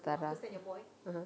kara (uh huh)